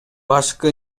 башкы